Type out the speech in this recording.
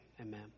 Amen